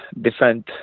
defend